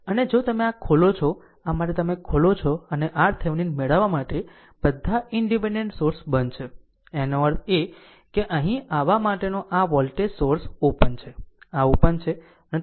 અને જો તમે આ ખોલો છો આ માટે તમે ખોલો છો અને RThevenin મેળવવા માટે બધા ઈનડીપેનડેન્ટ સોર્સ બંધ છે આનો અર્થ એ કે અહીં આવવા માટેનો આ વોલ્ટેજ સોર્સ ઓપન છે આ ઓપન છે